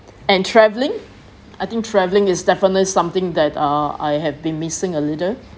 and traveling I think travelling is definitely something that uh I have been missing a little